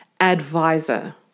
advisor